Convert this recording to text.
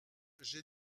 j’ai